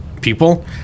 people